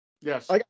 Yes